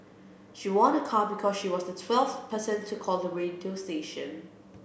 she won a car because she was the twelfth person to call the radio station